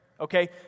Okay